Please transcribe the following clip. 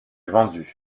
vendus